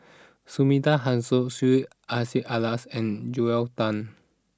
Sumida Haruzo Syed Hussein Alatas and Joel Tan